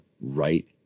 right